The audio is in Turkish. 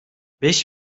beş